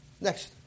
Next